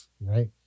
right